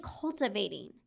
cultivating